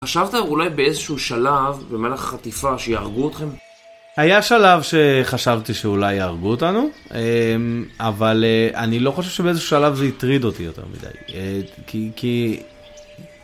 חשבתם אולי באיזשהו שלב, במהלך החטיפה, שיהרגו אותכם? היה שלב שחשבתי שאולי יהרגו אותנו, אבל אני לא חושב שבאיזשהו שלב זה הטריד אותי יותר מדי. כי...